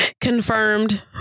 confirmed